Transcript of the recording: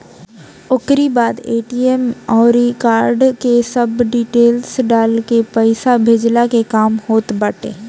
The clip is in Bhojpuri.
ओकरी बाद ए.टी.एम अउरी कार्ड के सब डिटेल्स डालके पईसा भेजला के काम होत बाटे